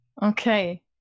Okay